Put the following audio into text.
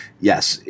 yes